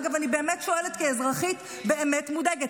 אגב, אני באמת שואלת כאזרחית באמת מודאגת.